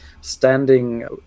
standing